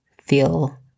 feel